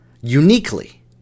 Uniquely